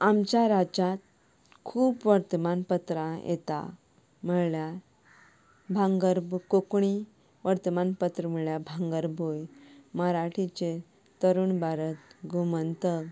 आमच्या राज्यांत खूब वर्तमानपत्रां येता म्हळ्यार भांगर कोंकणी वर्तमानपत्र म्हळ्यार भांगरभूंय मराठीचें तरुण भारत गोमंतक